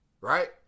Right